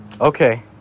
Okay